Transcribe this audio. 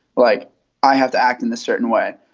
like i have to act in a certain way.